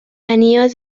نیاز